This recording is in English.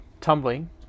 Tumbling